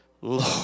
Lord